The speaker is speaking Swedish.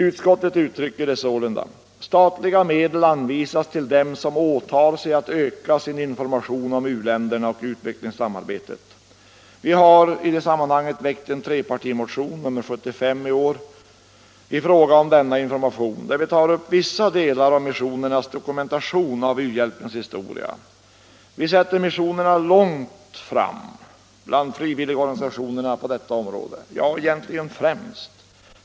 Utskottet uttrycker det sålunda: ”Statliga medel anvisas till dem som åtar sig att öka sin information om u-länderna och utvecklingssamarbetet.” Vi har i det sammanhanget väckt en trepartimotion — nr 75 i år — i fråga om denna information, där vi tar upp vissa delar av missionernas dokumentation av u-hjälpens historia. Vi sätter missionerna långt fram bland de frivilliga organisationerna på detta område — ja, egentligen främst!